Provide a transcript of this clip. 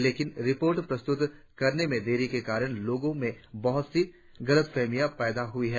लेकिन रिपोर्ट प्रस्तुत करने में देरी के कारण लोगों में बहुत सी गतलफहमियां पैदा हुई हैं